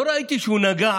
לא ראיתי שהוא נגע